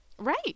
Right